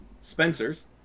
Spencer's